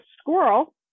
squirrel